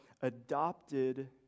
adopted